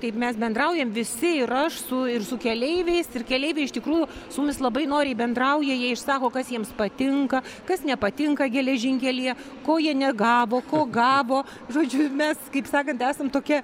taip mes bendraujam visi ir aš su ir su keleiviais ir keleiviai iš tikrųjų su mumis labai noriai bendrauja jie išsako kas jiems patinka kas nepatinka geležinkelyje ko jie negavo ko gavo žodžiu mes kaip sakant esam tokia